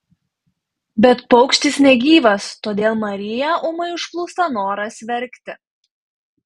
bet paukštis negyvas todėl mariją ūmai užplūsta noras verkti